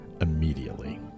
immediately